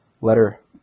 letter